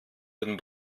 den